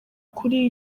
kuri